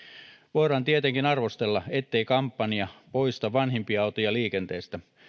voidaan tietenkin arvostella ettei kampanja poista vanhimpia autoja liikenteestä